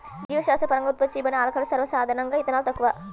జీవశాస్త్రపరంగా ఉత్పత్తి చేయబడిన ఆల్కహాల్లు, సర్వసాధారణంగాఇథనాల్, తక్కువ